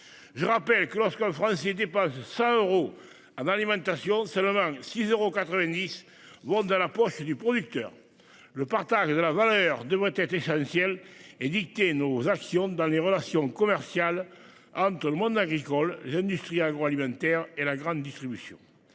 Je rappelle que lorsqu'un franc c'était pas 100 euros ah dans l'alimentation seulement six euros 90. La Poste du producteur. Le partage de la valeur devrait essentiel et dicter nos actions dans les relations commerciales entre le monde agricole. L'industrie agroalimentaire et la grande distribution.